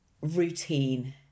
routine